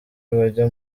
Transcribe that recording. bajya